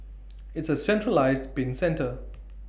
it's A centralised bin centre